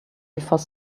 before